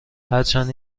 هرچند